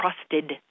trusted